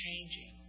changing